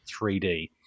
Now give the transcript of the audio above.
3D